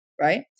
right